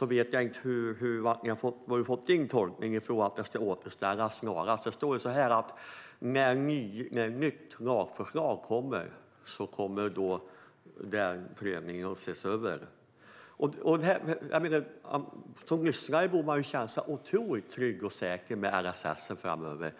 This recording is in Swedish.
Jag vet inte var du, Bengt Eliasson, har fått din tolkning från när du säger att den snarast ska återställas. Det står ju att prövningen ska ses över när ett nytt lagförslag kommer. Som lyssnare borde man känna sig trygg och säker när det gäller LSS framöver.